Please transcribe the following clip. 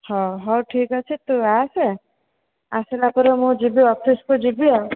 ହଉ ହଉ ଠିକ୍ ଅଛି ତୁ ଆସେ ଆସିଲା ପରେ ମୁଁ ଯିବି ଅଫିସକୁ ଯିବି ଆଉ